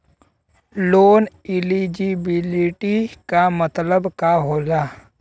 Loan eligibility का मतलब का होला?